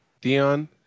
Dion